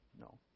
no